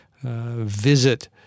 visit